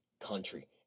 Country